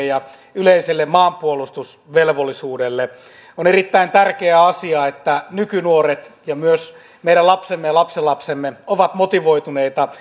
ja yleiselle maanpuolustusvelvollisuudelle on erittäin tärkeä asia että nykynuoret ja myös meidän lapsemme ja lapsenlapsemme ovat motivoituneita